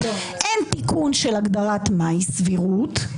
אין תיקון של הגדרת מה היא סבירות,